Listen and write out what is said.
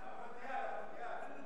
לא, המונדיאל, המונדיאל.